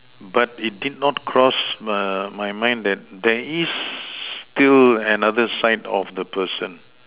but it did not cross err my mind that there is still another side of the person